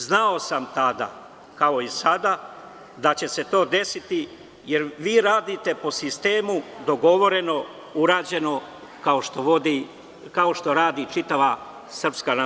Znao sam tada, kao i sada da će se to desiti, jer vi radite po sistemu dogovoreno-urađeno, kao što radi čitava SNS.